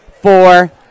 four